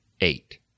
eight